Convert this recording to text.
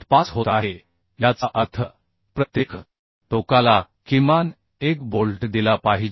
5 होत आहे याचा अर्थ प्रत्येक टोकाला किमान एक बोल्ट दिला पाहिजे